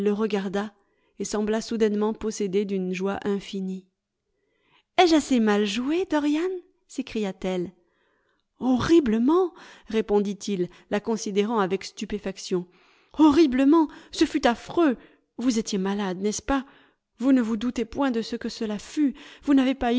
le regarda et sembla soudainement possédée d'une joie infinie ai-je assez mal joué dorian s'écria-t-elle horriblement répondit-il la considérant avec stupéfaction horriblement ce fut affreux vous étiez malade n'est-ce pas vous ne vous doutez point de ce que cela fut vous n'avez pas